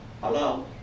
Hello